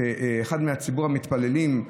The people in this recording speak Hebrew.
אחד מציבור המתפללים,